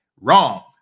Wrong